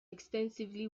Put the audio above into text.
extensively